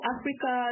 Africa